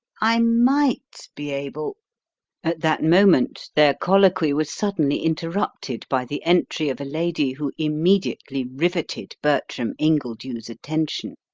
i might be able at that moment, their colloquy was suddenly interrupted by the entry of a lady who immediately riveted bertram ingledew's attention.